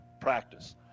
practice